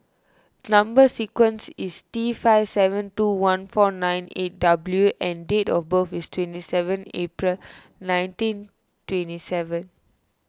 Number Sequence is T five seven two one four nine eight W and date of birth is twenty seven April nineteen twenty seven